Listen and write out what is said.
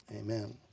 Amen